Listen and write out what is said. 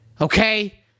Okay